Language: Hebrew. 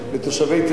לפני שלוש שנים.